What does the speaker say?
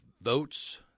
votes